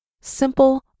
simple